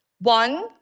One